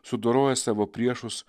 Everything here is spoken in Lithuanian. sudoroja savo priešus